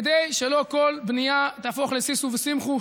כדי שלא כל בנייה תהפוך לשישו ושמחו.